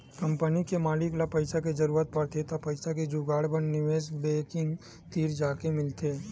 company के मालिक ल पइसा के जरूरत परथे त पइसा के जुगाड़ बर निवेस बेंकिग तीर जाके मिलथे